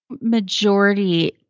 majority